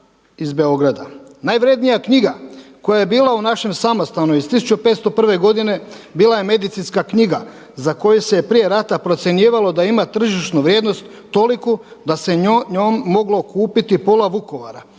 Najvrjednija knjiga koja je bila u našem samostanu iz 1501. godine bila je medicinska knjiga za koju se je prije rata procjenjivalo da ima tržišnu vrijednost toliku da se njom moglo kupiti pola Vukovara.